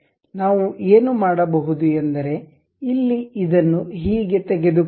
ನಾವು ಏನು ಮಾಡಬಹುದು ಎಂದರೆ ಇಲ್ಲಿ ಇದನ್ನು ಹೀಗೆ ತೆಗೆದುಕೊಳ್ಳಿ